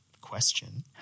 question